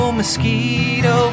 mosquito